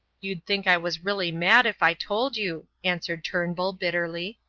you'd think i was really mad if i told you, answered turnbull, bitterly.